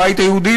הבית היהודי,